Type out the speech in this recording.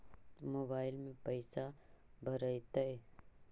Mobile में पैसा भरैतैय?